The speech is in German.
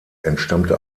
entstammte